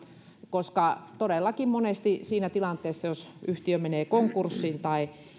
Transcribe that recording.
koska todellakin monesti siinä tilanteessa jos yhtiö menee konkurssiin tai